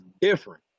different